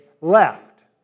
left